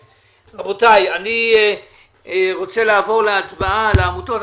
רבותי, אני רוצה לעבור להצבעה על העמותות.